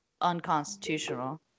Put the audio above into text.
unconstitutional